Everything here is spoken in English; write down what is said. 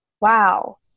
wow